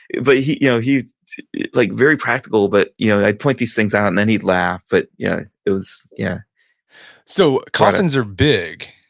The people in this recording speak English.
but yeah he's like very practical but you know i point these things out and then he'd laugh. but, yeah it was, yeah so coffins are big.